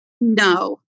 no